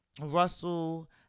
Russell